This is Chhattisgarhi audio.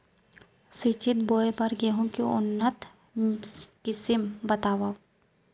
सिंचित बोआई बर गेहूँ के उन्नत किसिम बतावव?